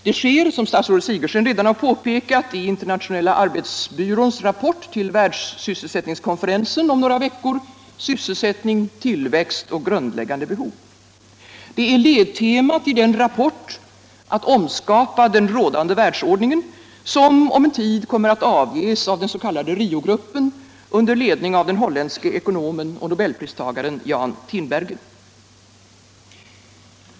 Det sker, som statsrådet Sigurdsen redan har påpekat, i Internationella arbetsbyråns rapport till världssysselsättningskonferensen om några veckor: Sysselsättning, tillväxt och grundläggande behov. Det är ledtemat i den rapport, Att omskapa den rådande världsordningen, som om en tid kommer att avges av dens.k. Riogruppen under ledning av den holländske ekonomen och nobelpristagaren Jan Tinbergen.